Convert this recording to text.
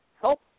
help